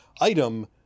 item